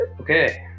Okay